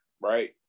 right